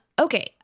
Okay